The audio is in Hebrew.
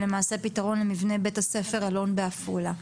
היא למעשה פתרון למבנה בית הספר אלון בעפולה.